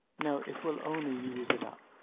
no it will only use it up.